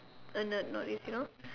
a nerd not is you know